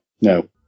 no